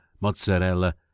mozzarella